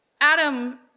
Adam